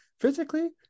Physically